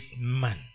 man